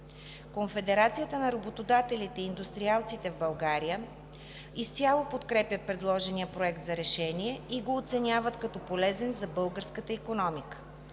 Конфедерацията на работодателите и индустриалците в България изцяло подкрепят предложения Проект за решение и го оценяват като полезен за българската икономика.